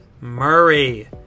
Murray